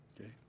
Okay